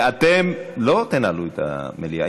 ואתם לא תנהלו את המליאה,